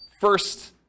first